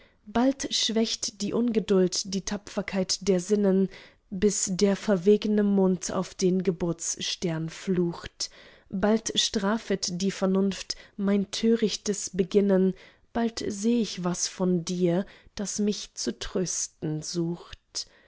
bald schwächt die ungeduld die tapferkeit der sinnen bis der verwegne mund auf den geburtsstern flucht bald strafet die vernunft mein törichtes beginnen bald seh ich was von dir das mich zu trösten sucht